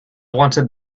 wanted